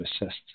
assist